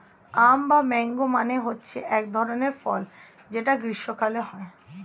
আম বা ম্যাংগো মানে হচ্ছে এক ধরনের ফল যেটা গ্রীস্মকালে হয়